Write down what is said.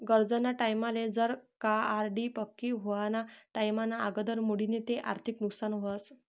गरजना टाईमले जर का आर.डी पक्की व्हवाना टाईमना आगदर मोडी ते आर्थिक नुकसान व्हस